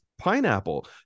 pineapple